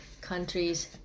countries